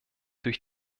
durch